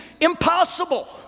impossible